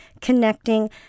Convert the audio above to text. connecting